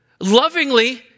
lovingly